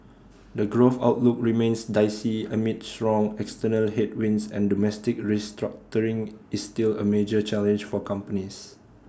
the growth outlook remains dicey amid strong external headwinds and domestic restructuring is still A major challenge for companies